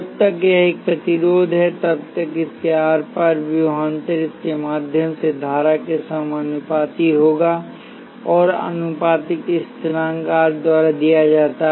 जब तक यह एक प्रतिरोधक है तब तक इसके आर पार विभवांतर इसके माध्यम से धारा के समानुपाती होगा और आनुपातिकता स्थिरांक R द्वारा दिया जाता है